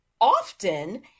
often